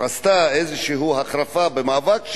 עשתה איזושהי החרפה במאבק שלה,